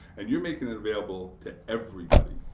and you're making it available to everybody.